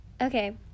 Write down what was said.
Okay